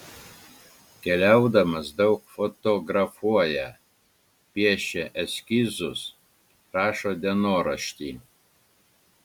keliaudamas daug fotografuoja piešia eskizus rašo dienoraštį